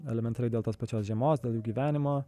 elementariai dėl tos pačios žiemos dėl jų gyvenimo